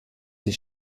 sie